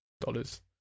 Dollars